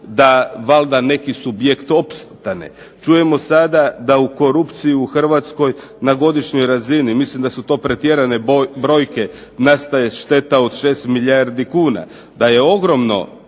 da valjda neki subjekt opstane. Čujemo sada da u korupciju u Hrvatskoj na godišnjoj razini, mislim da su to pretjerane brojke, nastaje šteta od 6 milijardi kuna. Da je ogromno